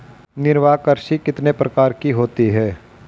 निर्वाह कृषि कितने प्रकार की होती हैं?